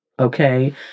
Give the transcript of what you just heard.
Okay